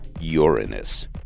Uranus